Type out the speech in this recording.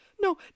No